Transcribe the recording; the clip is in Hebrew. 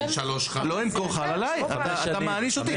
אתה מעניש אותי.